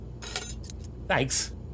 Thanks